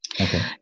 Okay